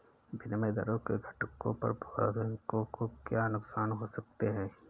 विनिमय दरों के घटने पर बैंकों को क्या नुकसान हो सकते हैं?